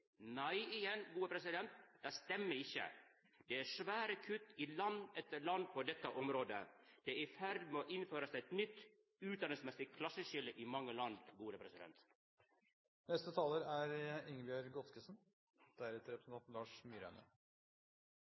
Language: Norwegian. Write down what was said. Nei, igjen, dette stemmer ikkje. Det er svære kutt i land etter land på dette området. Det er i ferd med å bli innført eit nytt utdanningsmessig klasseskilje i mange land. I Aust-Agder venter vi ennå på å få bygd ut hele E18. Vi har to parseller hvor det ikke er